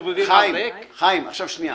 חברים, חיים, עכשיו שנייה.